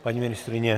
Paní ministryně?